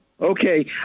Okay